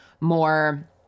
more